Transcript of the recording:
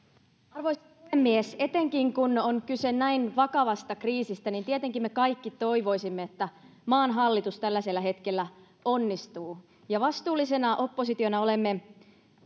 arvoisa puhemies etenkin kun on kyse näin vakavasta kriisistä niin tietenkin me kaikki toivoisimme että maan hallitus tällaisella hetkellä onnistuu vastuullisena oppositiona olemme